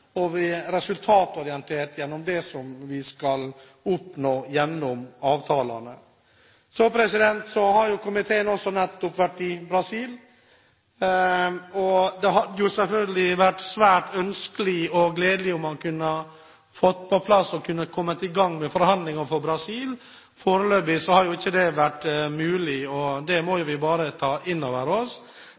at vi ikke påtar oss for mange forhandlinger samtidig, men har fokus på og er resultatorientert gjennom det vi skal oppnå gjennom avtalene. Så har komiteen også nettopp vært i Brasil. Det hadde selvfølgelig vært svært ønskelig og gledelig om man kunne fått på plass og kommet i gang med forhandlinger for Brasil. Foreløpig har ikke det vært mulig, og det må vi bare ta inn over oss.